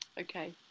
Okay